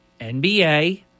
NBA